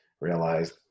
realized